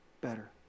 better